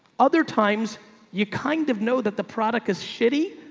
other times you kind of know that the product is shitty,